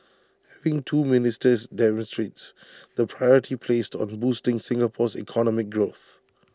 having two ministers demonstrates the priority placed on boosting Singapore's economic growth